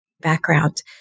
background